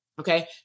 Okay